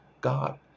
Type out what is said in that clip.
God